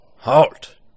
Halt